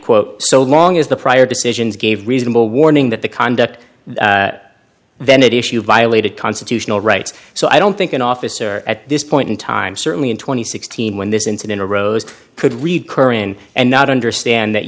quote so long as the prior decisions gave reasonable warning that the conduct then it issued violated constitutional rights so i don't think an officer at this point in time certainly in two thousand and sixteen when this incident arose could read kerryn and not understand that